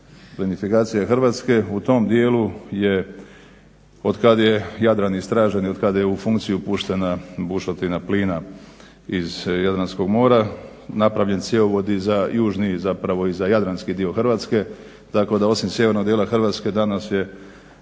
plinifikacija Hrvatske. U tom dijelu je od kad je Jadran istražen i od kada je u funkciju puštena bušotina plina iz Jadranskog mora napravljen cjevovod i za južni zapravo i za jadranski dio Hrvatske tako da osim sjevernog dijela Hrvatske danas je